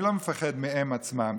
אני לא מפחד מהם עצמם,